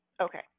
Okay